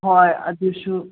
ꯍꯣꯏ ꯑꯗꯨꯁꯨ